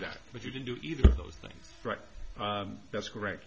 that but you didn't do either of those things right that's correct